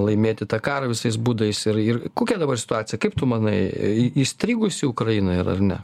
laimėti tą karą visais būdais ir ir kokia dabar situacija kaip tu manai įstrigusi ukraina yra ar ne